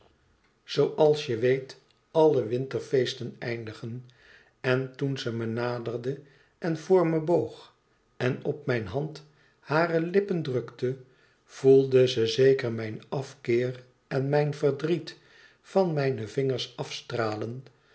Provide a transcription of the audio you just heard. zooals je weet alle winterfeesten eindigen en toen ze me naderde en voor me boog en op mijn hand hare lippen drukte voelde ze zeker mijn afkeer en mijn verdriet van mijne vingers afstralen